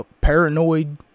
paranoid